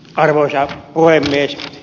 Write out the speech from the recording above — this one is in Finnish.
arvoisa puhemies